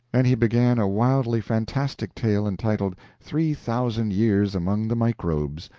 and he began a wildly fantastic tale entitled three thousand years among the microbes,